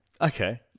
Okay